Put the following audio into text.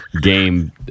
game